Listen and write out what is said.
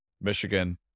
Michigan